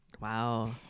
Wow